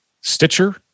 stitcher